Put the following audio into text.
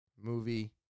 movie